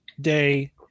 day